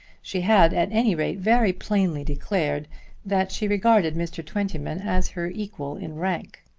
she had at any rate very plainly declared that she regarded mr. twentyman as her equal in rank.